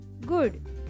Good